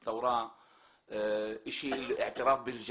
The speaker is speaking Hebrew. ועל השירות הגדול שאתם עושים גם היום.